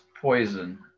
poison